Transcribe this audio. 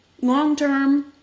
long-term